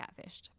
catfished